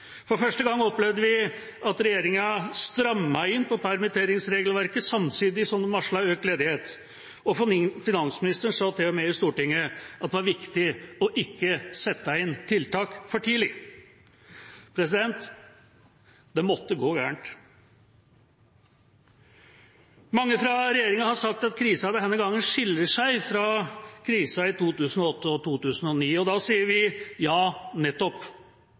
For første gang opplevde vi at regjeringa strammet inn på permitteringsregelverket, samtidig som de varslet økt ledighet. Finansministeren sa til og med i Stortinget at det var viktig ikke å sette inn tiltak for tidlig. Det måtte gå galt! Mange fra regjeringa har sagt at krisen denne gangen skiller seg fra krisen i 2008 og 2009, og da sier vi: Ja, nettopp.